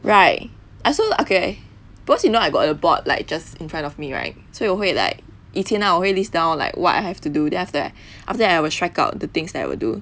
right I also okay because you know I got a board like just in front of me right 所以我会 like 以前 lah 我会 list down like what I have to do then after that after that I will strike out the things that would do